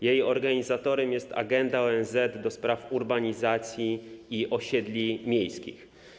Jej organizatorem jest agenda ONZ do spraw urbanizacji i osiedli miejskich.